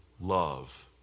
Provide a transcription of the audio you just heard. love